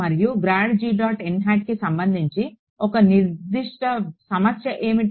మరియు కి సంబంధించి ఒక నిర్దిష్ట సమస్య ఏమిటి